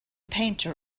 painter